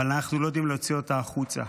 אבל אנחנו לא יודעים להוציא אותה החוצה.